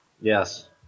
yes